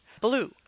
blue